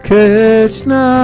Krishna